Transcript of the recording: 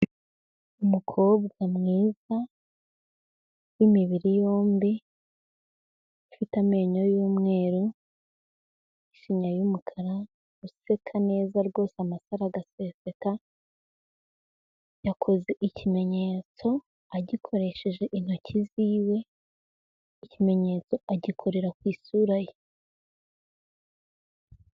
Umukobwa mwiza w'imibiri yombi ufite amenyo y'umweru, ishinya y'umukara, useka neza rwose amasaro agaseseka, yakoze ikimenyetso agikoresheje intoki ziwe, ikimenyetso agikorera ku isura ye.